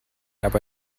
aber